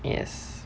yes